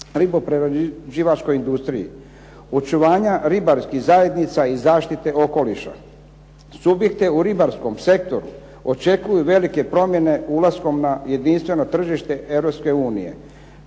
riboprerađivačkoj industriji, očuvanja ribarskih zajednica i zaštite okoliša. Subjekte u ribarskom sektoru očekuju velike promjene ulaskom na jedinstveno tržište